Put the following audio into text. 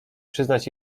przyznać